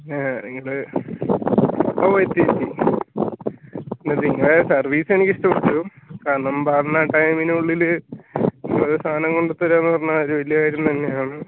ആ നിങ്ങൾ ഓ എത്തി എത്തി പിന്നെ നിങ്ങളുടെ സർവീസ് എനിക്ക് ഇഷ്ടപ്പെട്ടു കാരണം പറഞ്ഞ ടൈമിനുള്ളിൽ സാധനം കൊണ്ടുതരിക എന്നു പറഞ്ഞാൽ ഒരു വലിയ കാര്യം തന്നെയാണ്